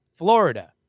Florida